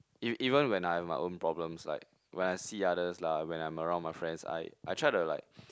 ev~ even when I have my own problems like when I see others lah when I'm around my friends I I try to like